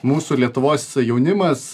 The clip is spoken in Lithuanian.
mūsų lietuvos jaunimas